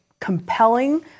compelling